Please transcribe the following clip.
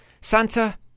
Santa